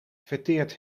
verteerd